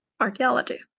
Archaeology